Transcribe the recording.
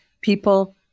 people